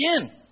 again